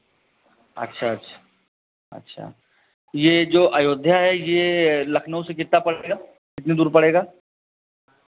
अच्छा अच्छा अच्छा ये जो अयोध्या है ये लखनऊ से कितना पड़ेगा कितनी दूर पड़ेगा